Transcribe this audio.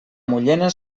mullena